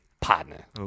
partner